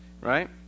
right